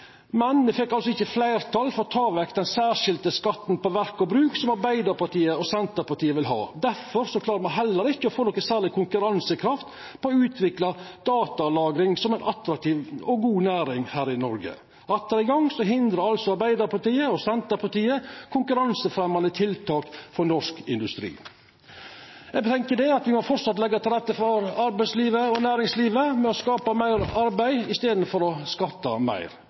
men fekk ikkje fleirtal for å ta vekk den særskilde skatten på verk og bruk som Arbeidarpartiet og Senterpartiet vil ha. Difor klarar me heller ikkje å få noko særleg konkurransekraft på å utvikla datalagring som ei attraktiv og god næring her i Noreg. Atter ein gong hindrar Arbeidarpartiet og Senterpartiet konkurransefremjande tiltak for norsk industri. Eg tenkjer at me framleis må leggja til rette for arbeidslivet og næringslivet med å skapa meir arbeid i staden for å skatta meir.